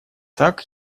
так